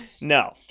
no